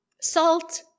Salt